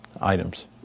items